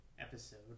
episode